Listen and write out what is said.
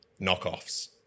knockoffs